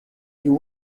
you